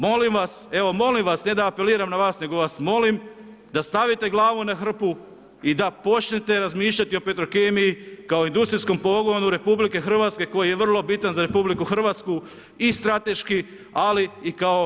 Molim vas, evo molim vas, ne da apeliram na vas nego vas molim da stavite glavu na hrpu i da počnete razmišljati o Petrokemiji kao industrijskom pogonu RH koji je vrlo bitan za RH i strateški, ali i kao njezina imovina.